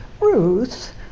Ruth